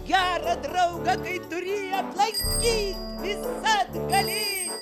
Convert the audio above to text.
gerą draugąkai turi aplankyt visad gali